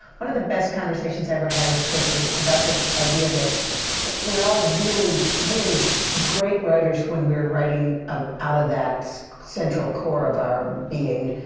one of the best conversations i ever had with chris was about this idea that we're all really, really great writers when we're writing ah out of that central core of our being.